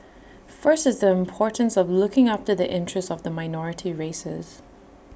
first is the importance of looking after the interest of the minority races